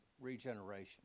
regeneration